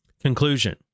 Conclusion